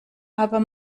aber